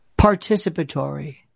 participatory